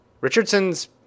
Richardson's